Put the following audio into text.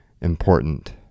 important